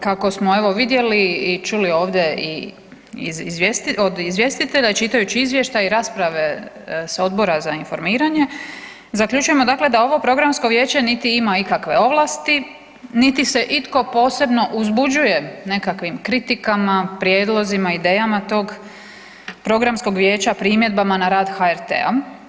Kako smo evo vidjeli i čuli ovde od izvjestitelja i čitajući izvještaj rasprave sa Odbora za informiranje zaključujemo dakle da ovo programsko vijeće niti ima ikakve ovlasti, niti se itko posebno uzbuđuje nekakvim kritikama, prijedlozima, idejama tog programskog vijeća, primjedbama na rad HRT-a.